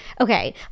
okay